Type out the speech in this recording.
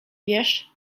wiesz